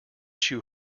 chew